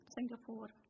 Singapore